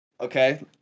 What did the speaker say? Okay